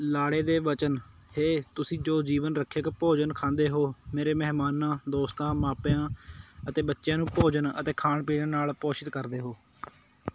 ਲਾੜੇ ਦੇ ਵਚਨ ਹੇ ਤੁਸੀਂ ਜੋ ਜੀਵਨ ਰੱਖਿਅਕ ਭੋਜਨ ਖਾਂਦੇ ਹੋ ਮੇਰੇ ਮਹਿਮਾਨਾਂ ਦੋਸਤਾਂ ਮਾਪਿਆਂ ਅਤੇ ਬੱਚਿਆਂ ਨੂੰ ਭੋਜਨ ਅਤੇ ਪੀਣ ਨਾਲ ਪੋਸ਼ਿਤ ਕਰਦੇ ਹੋ